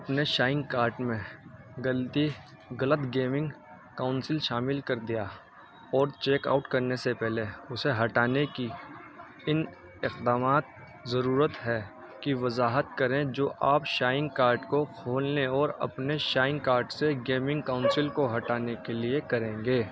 اپنے shine cart میں لطی غلط گیمنگ کاؤنسل شامل کر دیا اور چیک آؤٹ کرنے سے پہلے اسے ہٹانے کی ان اقدامات ضرورت ہے کہ وضاحت کریں جو آپ شائن کارٹ کو کھولنے اور اپنے شائن کارٹ سے گیمنگ کاؤنسل کو ہٹانے کے لیے کریں گے